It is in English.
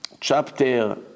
chapter